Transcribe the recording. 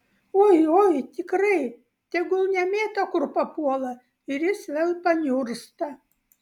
oi oi tikrai tegul nemėto kur papuola ir jis vėl paniursta